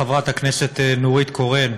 חברת הכנסת נורית קורן,